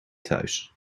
thuis